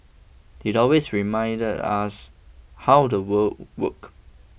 he always reminded us how the world work